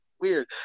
weird